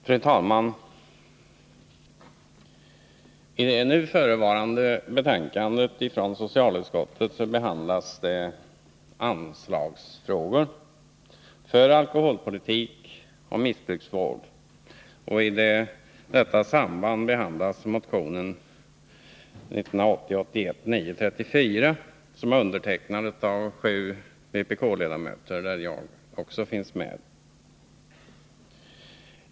Fru talman! I det förevarande betänkandet från socialutskottet behandlas anslagsfrågor beträffande alkoholpolitik och missbruksvård, och i detta sammanhang behandlas också motionen 1980/81:934, som är undertecknad av sju vpk-ledamöter, däribland jag.